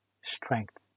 strength